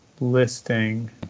listing